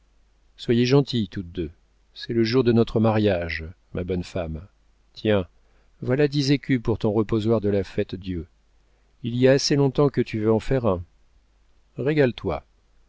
soyez gentilles toutes deux c'est le jour de notre mariage ma bonne femme tiens voilà dix écus pour ton reposoir de la fête-dieu il y a assez longtemps que tu veux en faire un régale toi